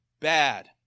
Bad